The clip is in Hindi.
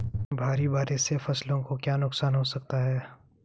भारी बारिश से फसलों को क्या नुकसान हो सकता है?